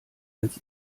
als